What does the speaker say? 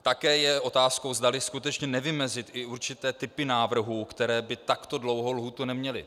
Také je otázkou, zdali skutečně nevymezit i určité typy návrhů, které by takto dlouhou lhůtu neměly.